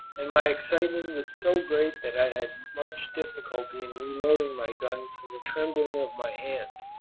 and my excitement was so great that i had much difficulty in reloading my gun from the trembling of my hands.